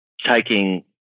taking